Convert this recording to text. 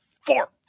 four